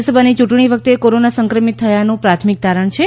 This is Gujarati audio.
રાજ્યસભાની ચૂંટણી વખતે કોરોના સંક્રમિત થયાનું પ્રાથમિક તારણ છે